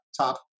top